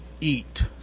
eat